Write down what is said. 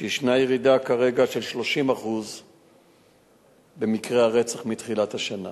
שישנה ירידה כרגע של 30% במקרי הרצח מתחילת השנה.